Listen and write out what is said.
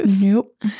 nope